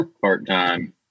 part-time